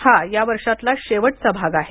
हा या वर्षातला शेवटचा भाग आहे